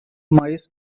mayıs